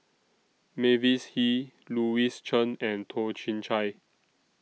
Mavis Hee Louis Chen and Toh Chin Chye